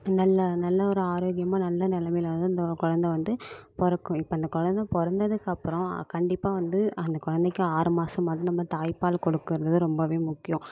நல்லா நல்லா ஒரு ஆரோக்கியமாக நல்ல நிலமையில வந்து அந்த கொழந்தை வந்து பிறக்கும் இப்போ அந்த கொழந்தை பிறந்ததுக்கு அப்பறம் கண்டிப்பாக வந்து அந்த கொழந்தைக்கு ஆறு மாசமாவது நம்ம தாய்ப்பால் கொடுக்குறது ரொம்ப முக்கியம்